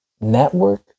network